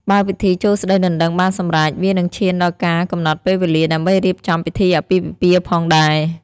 បើពិធីចូលស្តីដណ្ដឹងបានសម្រេច វានឹងឈានដល់ការកំណត់ពេលវេលា ដើម្បីរៀបចំពិធីអាពាហ៍ពិពាហ៍ផងដែរ។